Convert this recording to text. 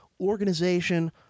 organization